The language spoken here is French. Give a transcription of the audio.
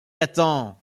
attend